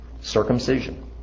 Circumcision